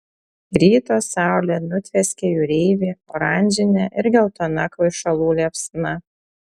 ryto saulė nutvieskė jūreivį oranžine ir geltona kvaišalų liepsna